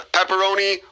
Pepperoni